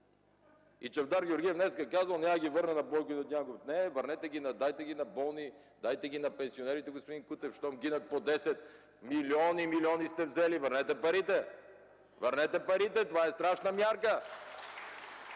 Чавдар Георгиев днес казал: „Няма да ги върна на Бойко и на Дянков”. Не, дайте ги на болни, дайте ги на пенсионерите, господин Кутев, щом гинат по десет. Милиони и милиони сте взели. Върнете парите. Върнете парите – това е страшна мярка.